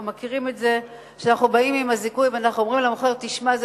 אנחנו מכירים את זה שאנחנו באים עם הזיכוי ואנחנו אומרים למוכר: תשמע,